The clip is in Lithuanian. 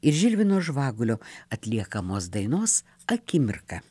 ir žilvino žvagulio atliekamos dainos akimirka